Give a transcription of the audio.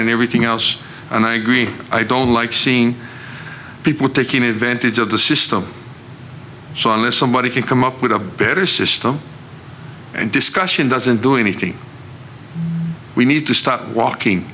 and everything else and i agree i don't like seeing people taking advantage of the system so on this somebody can come up with a better system and discussion doesn't do anything we need to stop walking